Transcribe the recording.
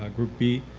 ah group b.